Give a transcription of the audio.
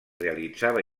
realitzava